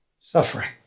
suffering